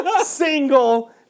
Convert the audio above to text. single